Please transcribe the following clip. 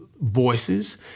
voices